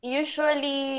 usually